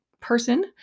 person